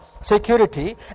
Security